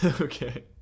Okay